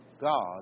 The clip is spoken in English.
God